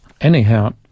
Anyhow